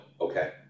Okay